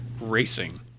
racing